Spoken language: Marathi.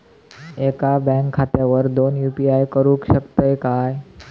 एका बँक खात्यावर दोन यू.पी.आय करुक शकतय काय?